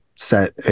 set